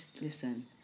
listen